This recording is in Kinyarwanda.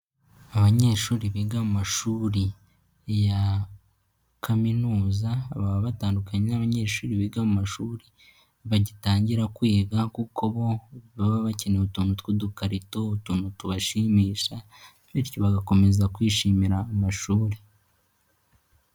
Abanyeshuri biga mu mashuri ya kaminuza baba batandukanye n'abanyeshuri biga mu mashuri bagitangira kwiga kuko bo baba bakeneye utuntu tw'udukarito, utuntu tubashimisha bityo bagakomeza kwishimira amashuri.